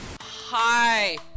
Hi